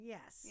Yes